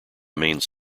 mains